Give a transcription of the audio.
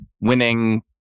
winning